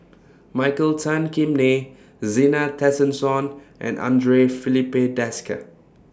Michael Tan Kim Nei Zena Tessensohn and Andre Filipe Desker